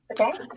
Okay